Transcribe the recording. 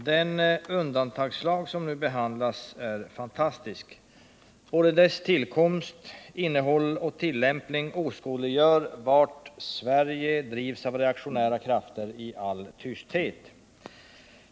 Herr talman! Den undantagslag som nu behandlas är fantastisk. Både dess tillkomst, innehåll och tillämpning åskådliggör vart Sverige i all tysthet drivs av reaktionära krafter.